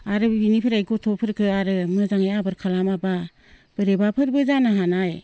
आरो बिनिफ्राय गथ'फोरखो आरो मोजाङै आबार खालामाब्ला बोरैबाफोरबो जानोहानाय